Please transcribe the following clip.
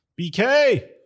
BK